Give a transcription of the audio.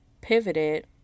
pivoted